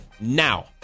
now